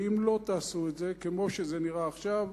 ואם לא תעשו את זה, כמו שזה נראה עכשיו,